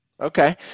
Okay